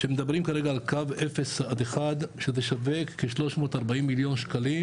שמדברים כרגע על קו 0-1 שזה שווה כ-340 מיליון שקלים,